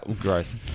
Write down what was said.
Gross